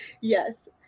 yes